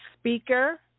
speaker